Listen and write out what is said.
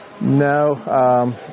No